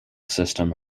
system